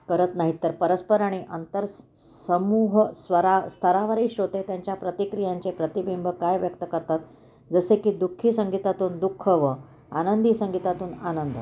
करत नाहीत तर परस्पर आणि अंतरस् समूह स्वरा स्तरावरही श्रोते त्यांच्या प्रतिक्रियांचे प्रतिबिंब काय व्यक्त करतात जसे की दुःखी संगीतातून दुःख व आनंदी संगीतातून आनंद